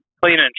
cleaning